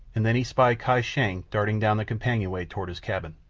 and then he spied kai shang darting down the companionway toward his cabin.